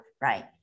right